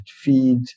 feed